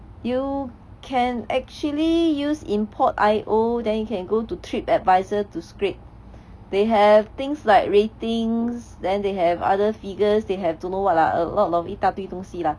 you can actually use Import.io then you can go to TripAdvisor to scrape they have things like ratings then they have other figures they have don't know what lah err 一大堆东西啦